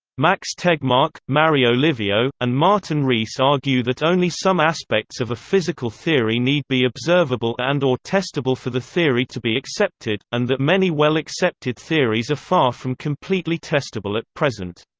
max tegmark, mario livio, and martin rees argue that only some aspects of a physical theory need be observable and or testable for the theory to be accepted, and that many well-accepted theories are far from completely testable at present.